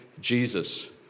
Jesus